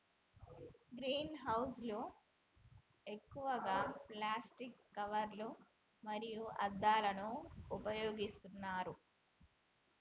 green house లు ఎక్కువగా plastic కవర్లు మరియు అద్దాలను ఉపయోగిస్తున్నారు